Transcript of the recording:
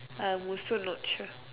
I'm also not sure